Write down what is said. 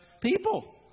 people